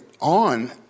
on